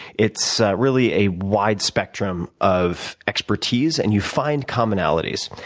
it's really a wide spectrum of expertise, and you find commonalities.